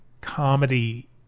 comedy